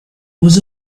was